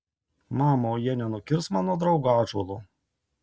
mama o jie nenukirs mano draugo ąžuolo